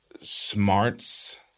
smarts